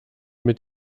mit